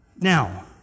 Now